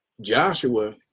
Joshua